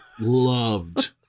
loved